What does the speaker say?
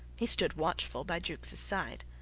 he stood watchful by jukes side.